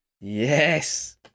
Yes